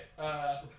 okay